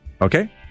Okay